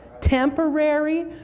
Temporary